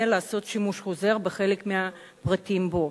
יהיה לעשות שימוש חוזר בחלק מהפריטים בו.